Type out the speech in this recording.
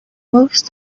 most